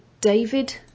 David